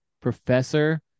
professor